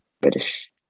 british